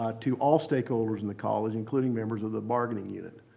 ah to all stakeholders in the college, including members of the bargaining unit.